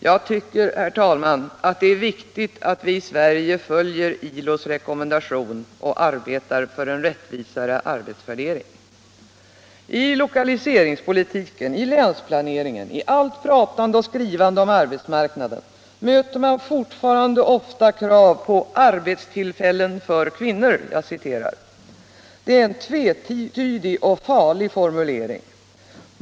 Jag tycker, herr talman, att det är viktigt att vi i Sverige följer ILÖ:s rekommendation och arbetar för en rättvisare arbetsvärdering. I lokaliseringspolitiken. i länsplaneringen. i allt pratande och skrivande om arbetsmarknaden, möter man fortfarande ofta krav på ”arbetstillfällen för kvinnor”. Det är en tvetydig och farlig formulering.